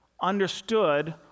understood